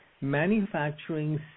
manufacturing